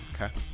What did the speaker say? Okay